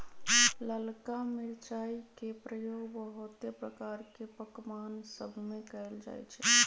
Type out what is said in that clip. ललका मिरचाई के प्रयोग बहुते प्रकार के पकमान सभमें कएल जाइ छइ